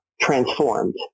transformed